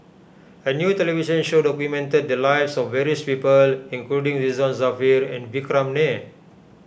a new television show documented the lives of various people including Ridzwan Dzafir and Vikram Nair